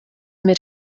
mid